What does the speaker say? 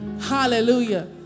Hallelujah